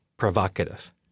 provocative